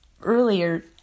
earlier